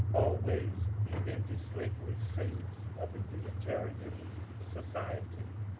always the antislavery saints of the unitarian society.